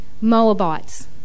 Moabites